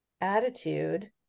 attitude